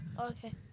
Okay